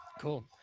cool